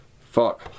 Fuck